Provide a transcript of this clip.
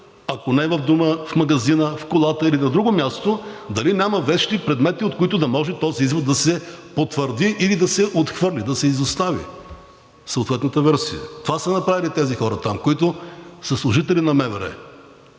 ако не в дома, в магазина, в колата или на друго място, дали няма вещи, предмети, от които този извод да може да се потвърди или да се отхвърли, да се изостави съответната версия. Това са направили тези хора там, които са служители на МВР.